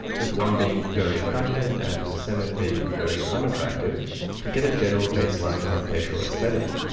with one being very attractive and seven being very unattractive to get a general baseline of facial aesthetic.